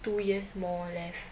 two years more left